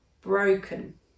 broken